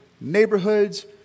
neighborhoods